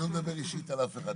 ואני לא מדבר אישית על אף אחד.